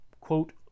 quote